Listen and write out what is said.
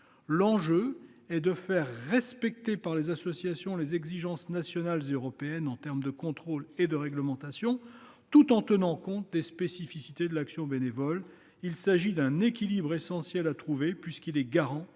L'enjeu est de faire respecter par les associations les exigences nationales et européennes en termes de contrôles et de réglementation, tout en tenant compte des spécificités de l'action bénévole. Il s'agit d'un équilibre essentiel qui doit être trouvé, garant de la